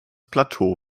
plateau